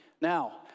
Now